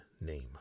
name